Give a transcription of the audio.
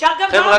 חבר'ה,